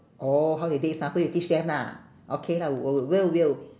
orh how they dates lah so you teach them lah okay lah w~ will will